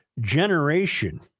generation